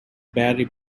barry